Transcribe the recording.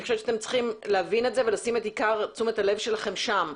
אני חושבת שאתם צריכים להבין את זה ולשים את עיקר תשומת הלב שלכם שם,